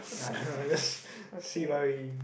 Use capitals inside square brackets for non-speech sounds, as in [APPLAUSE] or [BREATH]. I don't know [BREATH] just see what we